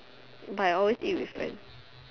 but I always eat with friends